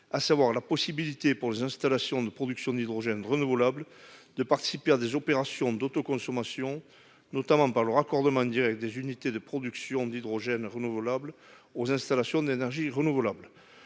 Il s'agit de permettre aux installations de production d'hydrogène renouvelable de participer à des opérations d'autoconsommation, notamment par le raccordement indirect des unités de production d'hydrogène renouvelable aux installations d'énergies renouvelables.